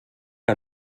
que